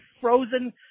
frozen